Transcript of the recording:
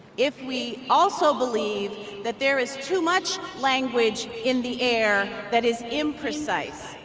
if we also believe that there is too much language in the air that is imprecise,